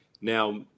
now